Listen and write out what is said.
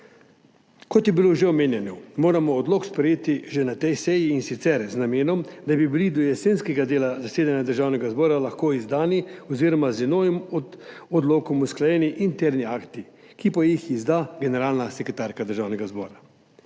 Kot je bilo že omenjeno, moramo odlok sprejeti že na tej seji, in sicer z namenom, da bi bili do jesenskega dela zasedanja Državnega zbora lahko izdani oziroma z novim odlokom usklajeni interni akti, ki pa jih izda generalna sekretarka Državnega zbora.